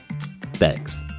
Thanks